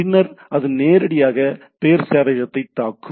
பின்னர் அது நேரடியாக பெயர் சேவையகத்தைத் தாக்கும்